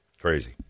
Crazy